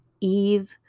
Eve